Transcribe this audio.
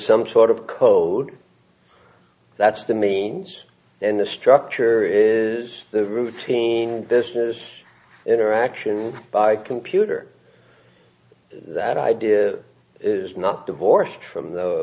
some sort of code that's the means and the structure is the routine business interaction by computer that idea is not divorced from the